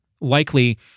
likely